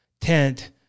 tent